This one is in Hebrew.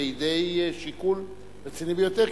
לידי שיקול רציני ביותר.